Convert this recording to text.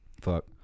fuck